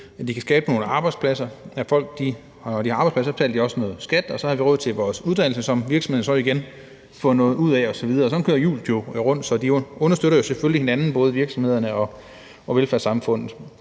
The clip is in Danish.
og kan skabe nogle arbejdspladser. Og når folk har arbejde, betaler de også noget skat, og så har vi råd til vores uddannelser, som virksomhederne så igen får noget ud af osv. Og sådan kører hjulet jo rundt, og de understøtter selvfølgelig hinanden; virksomhederne og velfærdssamfundet.